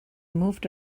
moved